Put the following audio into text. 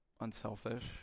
unselfish